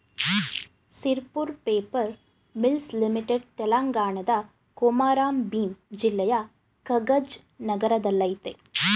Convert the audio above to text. Sirpur paper mills limited ತೆಲಂಗಾಣದ ಕೊಮಾರಂ ಭೀಮ್ ಜಿಲ್ಲೆಯ ಕಗಜ್ ನಗರದಲ್ಲಯ್ತೆ